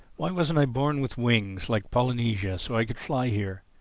why wasn't i born with wings, like polynesia, so i could fly here?